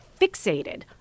fixated